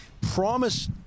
promise